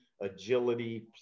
agility